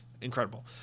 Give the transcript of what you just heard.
Incredible